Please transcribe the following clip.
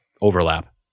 overlap